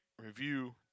review